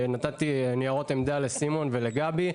נתתי ניירות עמדה לסימון ולגבי.